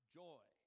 joy